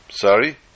Sorry